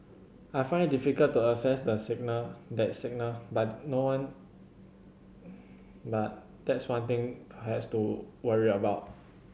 I find it difficult to assess that signal that signal but no one but that's one thing perhaps to worry about